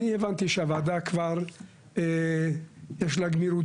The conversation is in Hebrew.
אני הבנתי שהוועדה כבר יש לה גמירות